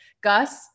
Gus